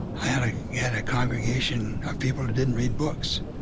i had i had a congregation of people who didn't read books.